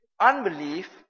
unbelief